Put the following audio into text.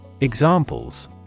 Examples